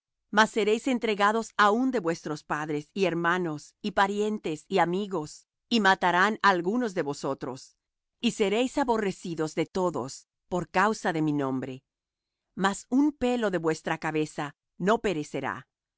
mas seréis entregados aun de vuestros padres y hermanos y parientes y amigos y matarán á algunos de vosotros y seréis aborrecidos de todos por causa de mi nombre mas un pelo de vuestra cabeza no perecerá en